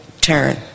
turn